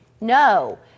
No